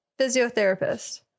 physiotherapist